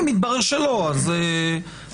אם מתברר שלא אז אומרים.